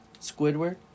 Squidward